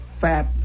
fat